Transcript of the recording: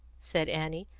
said annie.